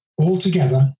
altogether